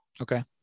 Okay